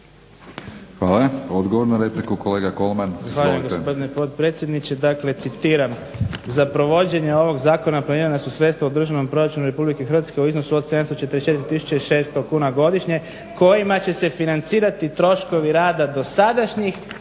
Hvala. Odgovor na repliku kolega Kolman.